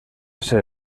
ser